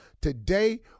Today